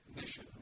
mission